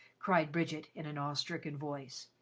cried bridget, in an awe-stricken voice.